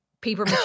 paper